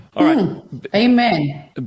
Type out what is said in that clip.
Amen